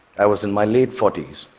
i was in my late forty s,